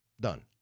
done